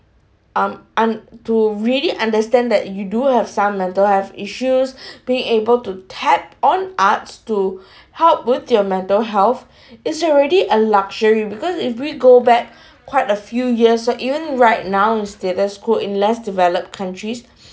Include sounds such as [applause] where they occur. um and to really understand that you do have some mental have issues [breath] being able to tap on arts to [breath] help with your mental health [breath] is already a luxury because if we go back [breath] quite a few years so even right now theaters